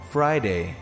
Friday